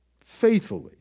faithfully